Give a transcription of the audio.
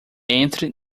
entre